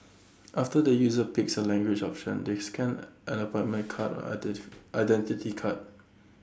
after the user picks A language option they scan an appointment card or Identity Card